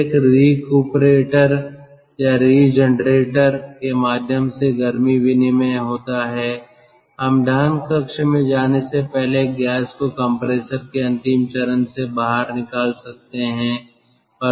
फिर एक रीकुपेरटर या रीजनरेटर के माध्यम से गर्मी विनिमय होता है हम दहन कक्ष में जाने से पहले गैस को कंप्रेसर के अंतिम चरण से बाहर निकाल सकते हैं और गर्म कर सकते हैं